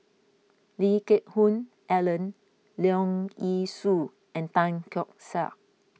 Lee Geck Hoon Ellen Leong Yee Soo and Tan Keong Saik